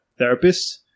therapists